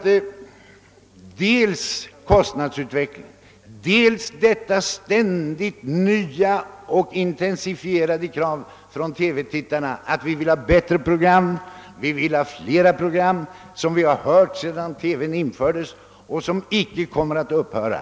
Den andra faktorn är det ständigt allt starkare kravet från TV-tittarna att få bättre och fler program. Dessa krav har vi hört alltsedan TV:n infördes, och de kommer inte att upphöra.